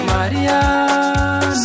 Maria